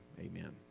amen